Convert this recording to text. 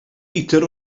litr